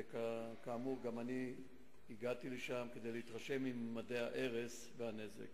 וכאמור גם אני הגעתי לשם כדי להתרשם מממדי ההרס והנזק.